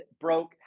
broke